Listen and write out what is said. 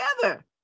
together